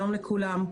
שלום לכולם,